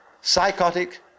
psychotic